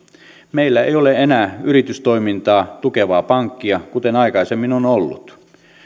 meillä ei ole enää yritystoimintaa tukevaa pankkia kuten aikaisemmin on ollut